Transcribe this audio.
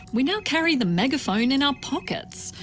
we now carry the megaphone in our pockets.